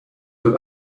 with